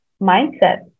mindset